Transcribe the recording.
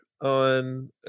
on